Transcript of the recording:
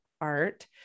art